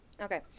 Okay